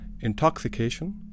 intoxication